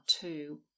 two